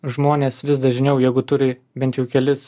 žmonės vis dažniau jeigu turi bent jau kelis